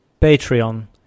Patreon